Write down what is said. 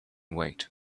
wait